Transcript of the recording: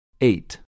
Eight